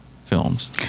films